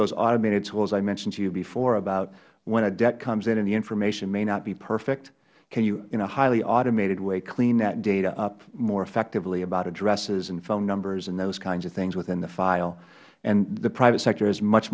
those automated tools i mentioned to you before about when a debt comes in and the information may not be perfect can you in a highly automated way clean that data up more effectively about addresses and phone numbers and those kinds of things within the file and the private sector is much